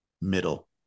middle